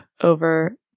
over